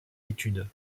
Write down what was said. études